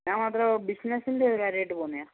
ഞാൻ മാത്രം ബിസിനസ്സിന്റെ ഒരു കാര്യമായിട്ട് പോകുന്നതാണ്